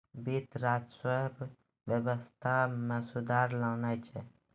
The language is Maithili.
वित्त, राजस्व व्यवस्था मे सुधार लानै छै